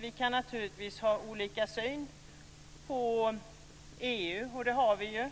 Vi kan naturligtvis ha olika syn på EU, och det har vi ju.